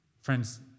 Friends